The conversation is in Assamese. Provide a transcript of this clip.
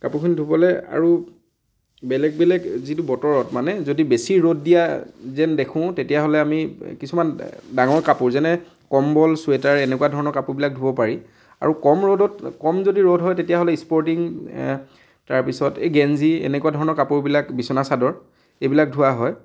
কাপোৰখিনি ধুবলৈ আৰু বেলেগ বেলেগ যিটো বতৰত মানে যদি বেছি ৰ'দ দিয়া যেন দেখোঁ তেতিয়াহ'লে আমি কিছুমান ডাঙৰ কাপোৰ যেনে কম্বল চুৱেটাৰ এনেকুৱা ধৰণৰ কাপোৰবিলাক ধুব পাৰি আৰু কম ৰ'দত কম যদি ৰ'দ হয় তেতিয়াহ'লে স্পৰ্টিং তাৰপিছত এই গেঞ্জি এনেকুৱা ধৰণৰ কাপোৰবিলাক বিচনা চাদৰ এইবিলাক ধোৱা হয়